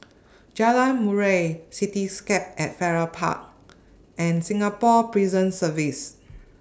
Jalan Murai Cityscape At Farrer Park and Singapore Prison Service